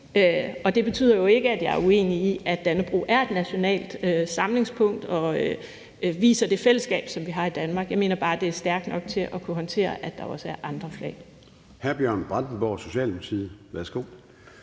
og det betyder jo ikke, at jeg er uenig i, at Dannebrog er et nationalt samlingspunkt og viser det fællesskab, som vi har i Danmark. Jeg mener bare, at det er stærkt nok til at kunne håndtere, at der også er andre flag.